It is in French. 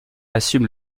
assume